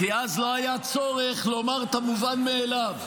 כי אז לא היה צורך לומר את המובן מאליו.